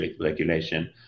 regulation